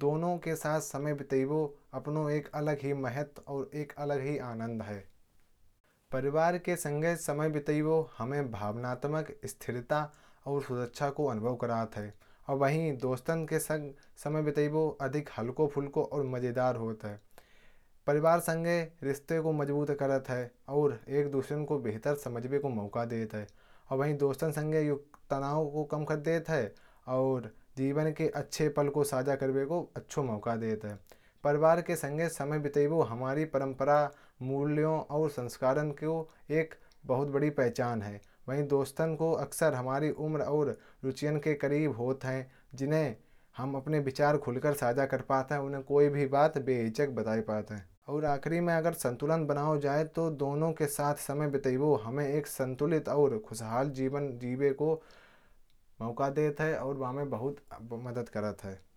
दोनों के साथ समय बिताना अपने एक अलग ही महत्व। और एक अलग ही आनंद है परिवार के संग समय बिताना। हमें भावनात्मक स्थिरता और सुरक्षा का अनुभव कराता है। वही दोस्तों के साथ समय अधिक हल्का फुल्का और मजेदार होता है। परिवार संग रिश्ते को मजबूत करता है। और एक दूसरे को बेहतर समझने का मौका देता है। और वही दोस्तों संग युक्त तनाव को कम कर देता है। और जीवन के अच्छे पल को साझा करने का अच्छा मौका देता है। परिवार के संगित समय बिताना हमारी परंपरा। मूल्यों और संस्कृति को एक बहुत बड़ी पहचान है। वही दोस्तों को अक्सर हमारी उम्र और रुचियों के करीब होता है। जिन्हें हम अपने विचार खुलकर साझा कर पाते हैं। उन्हें कोई भी बात बेहिचक बता पाते हैं। और आखिरी में अगर संतुलन बनाया जाए तो दोनों के साथ समय बिताना। हमें एक संतुलित और खुशहाल जीवन जीने का मौका देता है और हमें बहुत मदद करता है।